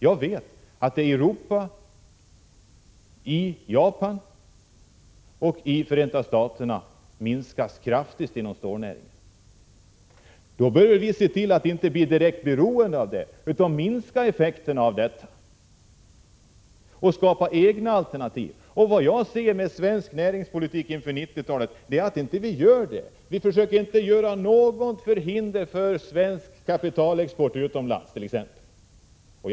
Jag vet att det i Europa, i Japan och i Förenta Staterna minskas kraftigt inom stålnäringen. Då bör vi i Sverige se till att vi inte blir direkt beroende av detta, utan minska effekterna och skapa egna alternativ. Vad jag kan se av svenskt näringsliv inför 90-talet är att vi inte gör det. Vi försöker inte resa något hinder för t.ex. svensk kapitalexport.